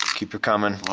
keep it coming,